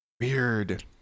Weird